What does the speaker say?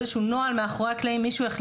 באיזשהו נוהל מאחורי הקלעים מישהו החליט